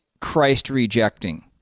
Christ-rejecting